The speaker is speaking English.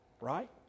Right